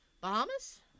Bahamas